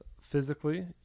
physically